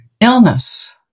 Illness